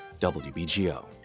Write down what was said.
WBGO